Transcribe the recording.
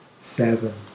seven